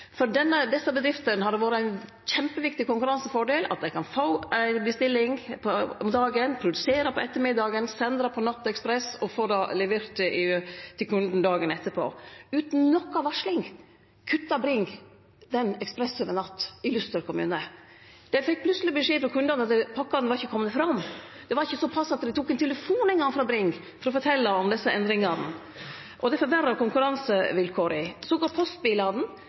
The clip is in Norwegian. desse bedriftene har det vore ein kjempeviktig konkurransefordel at dei kan få ei bestilling om dagen, produsere om ettermiddagen, sende det med nattekspressen og få det levert til kunden dagen etterpå. Utan noka varsling kutta Bring nattekspressen i Luster kommune. Bedriftene fekk plutseleg beskjed frå kundane om at pakkane ikkje var komne fram. Bring var ikkje såpass at dei tok ein telefon eingong for å fortelje om desse endringane. Det forverrar konkurransevilkåra. Postbilane og Brings bilar går